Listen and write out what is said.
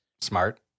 smart